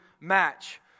match